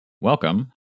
Welcome